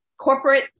Corporate